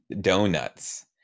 donuts